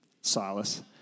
Silas